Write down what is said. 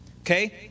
Okay